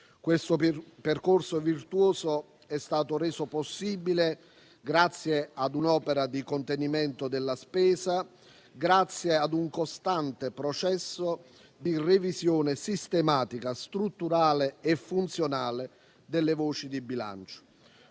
Questo percorso virtuoso è stato reso possibile grazie a un'opera di contenimento della spesa e a un costante processo di revisione sistematica, strutturale e funzionale delle voci di bilancio.